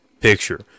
picture